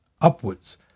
upwards